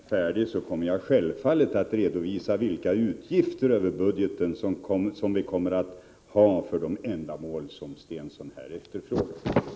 Herr talman! När vår beredning är färdig, skall jag självfallet redovisa vilka utgifter över budgeten som vi kommer att ha för de ändamål som Börje Stensson här frågat om.